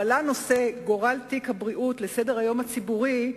שבו נושא גורל תיק הבריאות עלה לסדר-היום הציבורי,